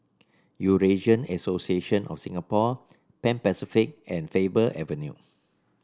Eurasian Association of Singapore Pan Pacific and Faber Avenue